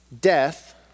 death